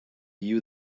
you